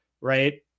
right